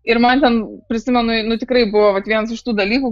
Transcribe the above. ir man ten prisimenu nu tikrai buvo vat vienas iš tų dalykų